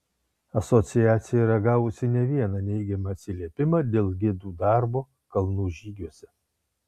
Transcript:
asociacija yra gavusi ne vieną neigiamą atsiliepimą dėl gidų darbo kalnų žygiuose